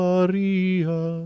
Maria